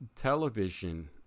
television